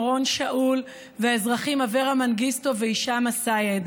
אורון שאול והאזרחים אברה מנגיסטו והישאם א-סייד.